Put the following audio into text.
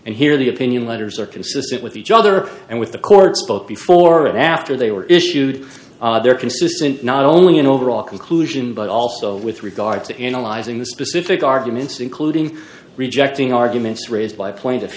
and here the opinion letters are consistent with each other and with the courts both before and after they were issued there consists in not only an overall conclusion but also with regard to analyzing the specific arguments including rejecting arguments raised by plaint